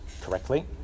correctly